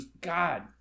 God